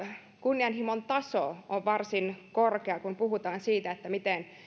kunnianhimon taso on varsin korkea kun puhutaan siitä miten